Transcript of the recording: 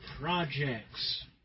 projects